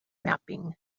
mapping